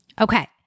Okay